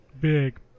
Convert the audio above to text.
big